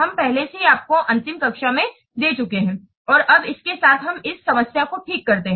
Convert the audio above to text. हम पहले से ही आपको अंतिम कक्षा में दे चुके हैं और अब इसके साथ हम इस समस्या को ठीक करते हैं